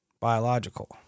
Biological